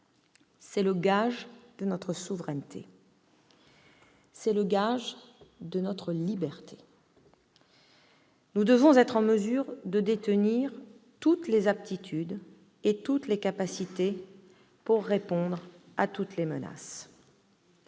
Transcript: C'est le gage de notre souveraineté comme de notre liberté. Nous devons être en mesure de détenir toutes les aptitudes et toutes les capacités pour répondre à toutes les menaces.